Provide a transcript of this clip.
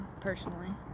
personally